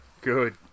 Good